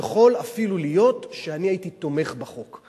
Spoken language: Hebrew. ויכול אפילו להיות שאני הייתי תומך בחוק.